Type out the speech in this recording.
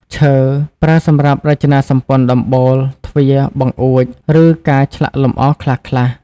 ឈើ: ប្រើសម្រាប់រចនាសម្ព័ន្ធដំបូល ទ្វារ បង្អួច ឬការឆ្លាក់លម្អខ្លះៗ។